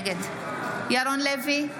נגד ירון לוי,